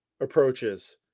approaches